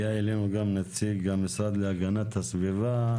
הגיע אלינו גם נציג המשרד להגנת הסביבה,